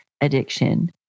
addiction